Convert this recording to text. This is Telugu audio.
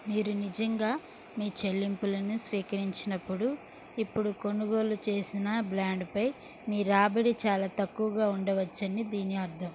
మీరు నిజంగా మీ చెల్లింపులను స్వీకరించినప్పుడు ఇప్పుడు కొనుగోలు చేసిన బాండుపై మీ రాబడి చాలా తక్కువగా ఉండవచ్చని దీని అర్థం